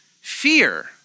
fear